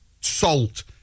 salt